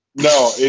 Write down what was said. No